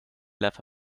laugh